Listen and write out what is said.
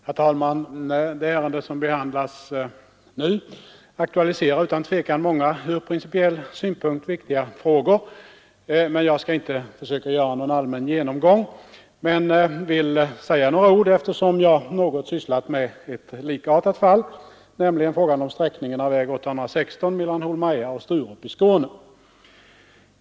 Herr talman! Det ärende som nu behandlas aktualiserar utan tvivel många ur principiell synpunkt viktiga frågor. Jag skall inte försöka göra någon allmän genomgång men vill säga några ord, eftersom jag något sysslat med ett likartat fall, nämligen frågan om sträckningen av väg nr 816 mellan Holmeja och Sturup i Skåne.